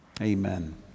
Amen